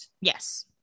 Yes